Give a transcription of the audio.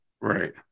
Right